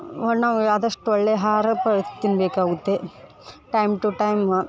ಆದಷ್ಟು ಒಳ್ಳೆಯ ಆಹಾರ ಪ ತಿನ್ನಬೇಕಾಗುತ್ತೆ ಟೈಮ್ ಟು ಟೈಮ